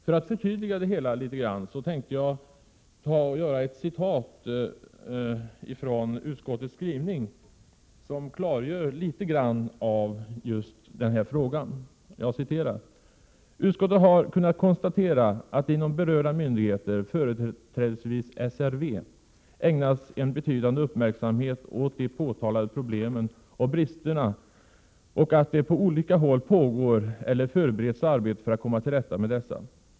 För att förtydliga det hela vill jag citera de delar av utskottets skrivning som klargör den här frågan: ”Utskottet har kunnat konstatera att det inom berörda myndigheter, företrädesvis SRV, ägnas en betydande uppmärksamhet åt de påtalade problemen och bristerna och att det på olika håll pågår eller förbereds arbete för att komma till rätta med dessa.